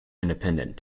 independent